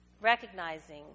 recognizing